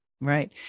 Right